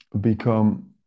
become